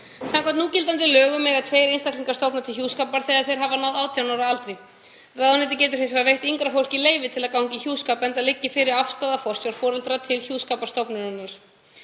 Samkvæmt núgildandi lögum mega tveir einstaklingar stofna til hjúskapar þegar þeir hafa náð 18 ára aldri. Ráðuneytið getur hins vegar veitt yngra fólki leyfi til að ganga í hjúskap, enda liggi fyrir afstaða forsjárforeldra til hjúskaparstofnunarinnar.